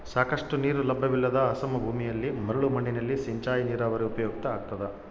ಸಾಕಷ್ಟು ನೀರು ಲಭ್ಯವಿಲ್ಲದ ಅಸಮ ಭೂಮಿಯಲ್ಲಿ ಮರಳು ಮಣ್ಣಿನಲ್ಲಿ ಸಿಂಚಾಯಿ ನೀರಾವರಿ ಉಪಯುಕ್ತ ಆಗ್ತದ